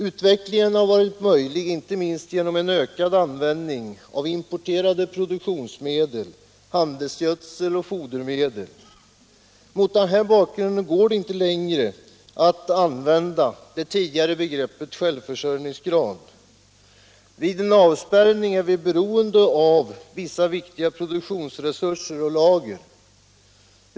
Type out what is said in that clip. Utvecklingen har varit möjlig inte minst genom en ökad användning av importerade produktionsmedel — handelsgödsel och fodermedel. Mot den här bakgrunden går det inte längre att använda det tidigare begreppet ”självförsörjningsgrad”. Vid en avspärrning är vi beroende av vissa produktionsresurser och lager.